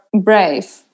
brave